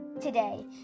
today